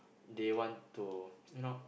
they want to you know